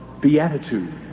beatitude